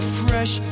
fresh